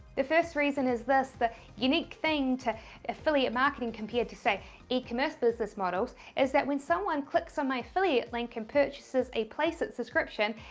the first reason is thus the unique thing to affiliate marketing compared to say ecommerce business models is that when someone clicks on my affiliate link, and purchases a placeit subscription,